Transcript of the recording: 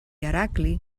heracli